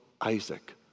Isaac